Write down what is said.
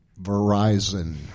Verizon